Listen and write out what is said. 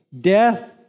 death